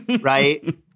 right